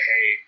Hey